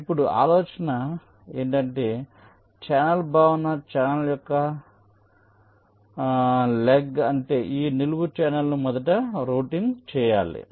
ఇప్పుడు ఆలోచన మీరు చూస్తారు ఇక్కడ భావన ఛానెల్ యొక్క కాలు అంటే ఈ నిలువు ఛానెల్ను మొదట రౌటింగ్ చేయాలి